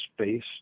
space